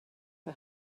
for